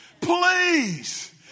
please